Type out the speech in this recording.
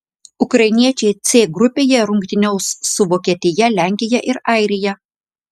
ukrainiečiai c grupėje rungtyniaus su vokietija lenkija ir airija